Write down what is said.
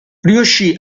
riuscì